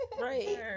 right